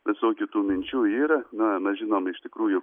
visokių minčių yra na mes žinom iš tikrųjų